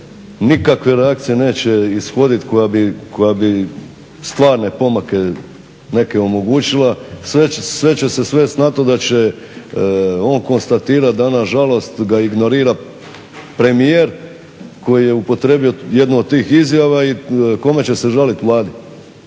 nikakve reakcije neće ishodit koja bi stvarne pomake neke omogućila. Sve će se svest na to da će on konstatirati da na žalost ga ignorira premijer koji je upotrijebio jednu od tih izjava i kome će se žalit, Vladi?